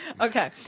okay